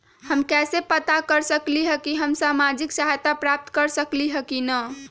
हम कैसे पता कर सकली ह की हम सामाजिक सहायता प्राप्त कर सकली ह की न?